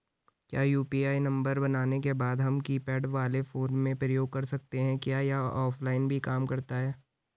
क्या UPI number बनाने के बाद हम कीपैड वाले फोन में प्रयोग कर सकते हैं क्या यह ऑफ़लाइन भी काम करता है?